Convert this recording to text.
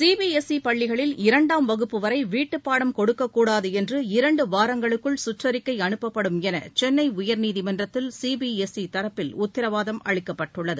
C B S E பள்ளிகளில் இரண்டாம் வகுப்பு வரை வீட்டுப்பாடம் கொடுக்கக்கூடாது என்று இரண்டு வாரங்களுக்குள் சுற்றிக்கை அனுப்பப்படும் என சென்னை உயர்நீதிமன்றத்தில் சி பி எஸ் இ தரப்பில் உத்தரவாதம் அளிக்கப்பட்டுள்ளது